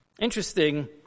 Interesting